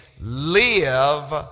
live